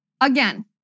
again